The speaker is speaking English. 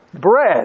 Bread